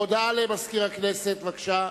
הודעה למזכיר הכנסת, בבקשה.